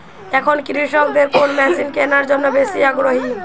এখন কৃষকদের কোন মেশিন কেনার জন্য বেশি আগ্রহী?